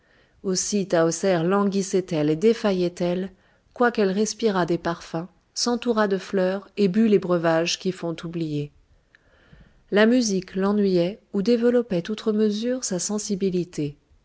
aussi tahoser languissait elle et défaillait elle quoiqu'elle respirât des parfums s'entourât de fleurs et bût les breuvages qui font oublier la musique l'ennuyait ou développait outre mesure sa sensibilité